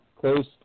Close